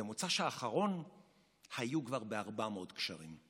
במוצאי שבת האחרון היו כבר ב-400 גשרים.